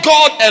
God